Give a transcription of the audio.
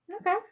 Okay